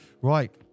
Right